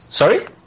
Sorry